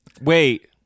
Wait